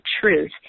truth